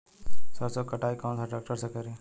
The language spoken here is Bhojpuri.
सरसों के कटाई कौन सा ट्रैक्टर से करी?